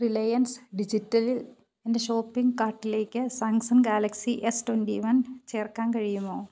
Reliance ഡിജിറ്റലിൽ എൻ്റെ shopping കാർട്ടിലേക്ക് Samsung galaxy S twenty one ചേർക്കാൻ കഴിയുമോ